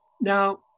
Now